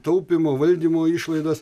taupymo valdymo išlaidas